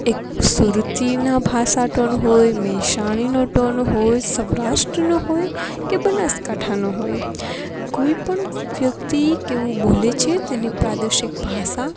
એક સુરતીના ભાષા ટોન હોય મહેસાણીનો ટોન હોય સૌરાષ્ટ્રનો હોય કે બનાસકાંઠાનો હોય કોઈ પણ વ્યક્તિ કેવું બોલે છે તેને પ્રાદેશિક ભાષા